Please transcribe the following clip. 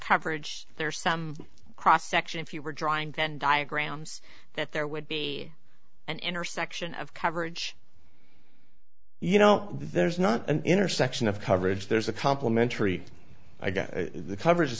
coverage there's some cross section if you were drawing venn diagrams that there would be an intersection of coverage you know there's not an intersection of coverage there's a complimentary i guess the coverage is